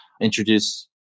introduce